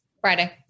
Friday